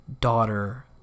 daughter